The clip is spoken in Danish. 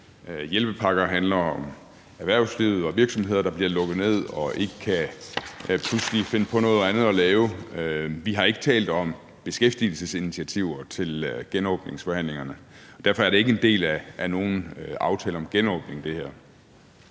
Hjælpepakker handler om erhvervslivet og virksomheder, der bliver lukket ned og ikke pludselig kan finde på noget andet at lave. Vi har ikke talt om beskæftigelsesinitiativer til genåbningsforhandlingerne, og derfor er det her ikke en del af nogen aftale om genåbning.